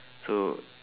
so